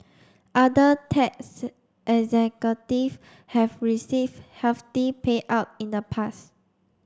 other tech executive have received hefty payout in the past